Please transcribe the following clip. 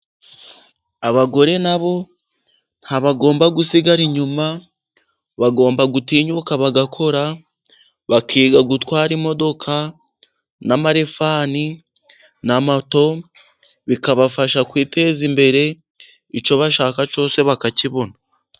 Abagore na bo ntibagomba gusigara inyuma, bagomba gutinyuka bagakora, bakiga gutwara imodoka na marifani na moto, bikabafasha kwiteza imbere icyo bashaka cyose bakakibona.